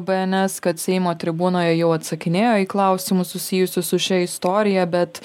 bns kad seimo tribūnoje jau atsakinėjo į klausimus susijusius su šia istorija bet